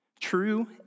true